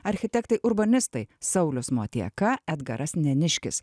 architektai urbanistai saulius motieka edgaras neniškis